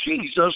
Jesus